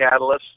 catalysts